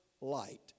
light